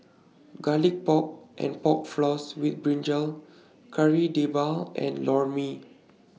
Garlic Pork and Pork Floss with Brinjal Kari Debal and Lor Mee